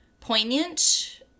poignant